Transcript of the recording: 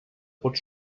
pot